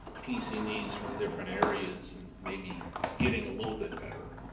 piecing these from different areas and maybe getting a little bit better